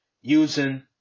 using